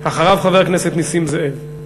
אחריו, חבר הכנסת נסים זאב.